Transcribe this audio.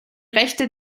rechte